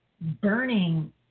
burning